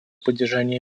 поддержания